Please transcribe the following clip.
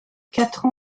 quatre